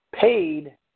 paid